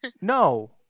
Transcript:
no